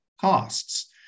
costs